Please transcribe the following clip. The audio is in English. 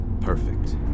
perfect